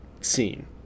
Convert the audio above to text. scene